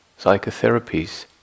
psychotherapies